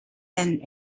than